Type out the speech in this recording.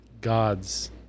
god's